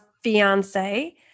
fiance